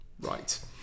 right